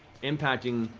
impacting.